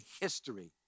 history